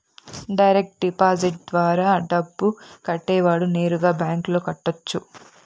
direct deposit ద్వారా డబ్బు కట్టేవాడు నేరుగా బ్యాంకులో కట్టొచ్చు